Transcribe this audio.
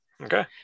okay